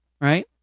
right